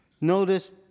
Notice